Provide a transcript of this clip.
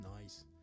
Nice